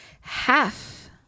half